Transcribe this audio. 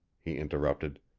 he interrupted.